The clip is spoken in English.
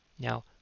now